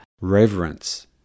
reverence